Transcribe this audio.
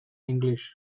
english